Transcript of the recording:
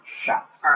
shots